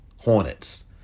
Hornets